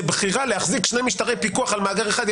לבחירה להחזיק שני משטרי פיקוח על מאגר אחד,